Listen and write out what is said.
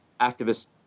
activists